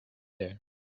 there